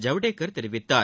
ஜவடேகர் தெரிவித்தார்